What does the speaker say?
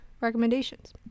recommendations